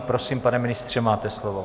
Prosím, pane ministře, máte slovo.